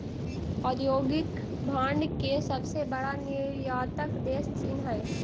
औद्योगिक भांड के सबसे बड़ा निर्यातक देश चीन हई